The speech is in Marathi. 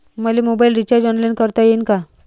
मले मोबाईल रिचार्ज ऑनलाईन करता येईन का?